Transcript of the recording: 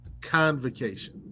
convocation